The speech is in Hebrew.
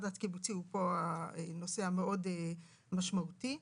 הקיבוצי הוא הנושא המאוד משמעותי פה.